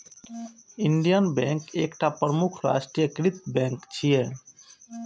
Indian bank एकटा प्रमुख राष्ट्रीयकृत बैंक छियै